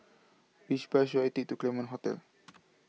Which Bus should I Take to The Claremont Hotel